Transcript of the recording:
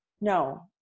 no